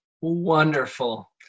wonderful